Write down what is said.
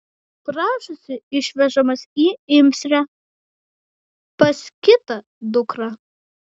prašosi išvežamas į imsrę pas kitą dukrą